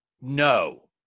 No